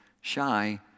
shy